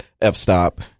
f-stop